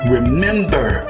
Remember